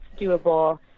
doable